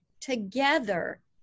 Together